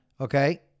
Okay